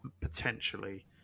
potentially